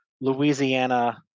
Louisiana